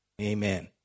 Amen